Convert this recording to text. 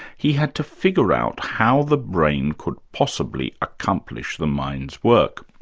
he had to figure out how the brain could possibly accomplish the mind's work.